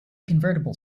convertible